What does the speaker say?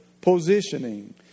positioning